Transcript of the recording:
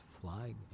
flying